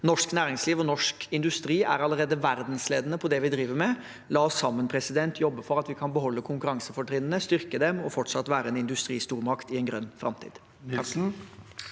Norsk næringsliv og norsk industri er allerede verdensledende på det vi driver med. La oss sammen jobbe for at vi kan beholde konkurransefortrinnene, styrke dem og fortsatt være en industristormakt i en grønn framtid.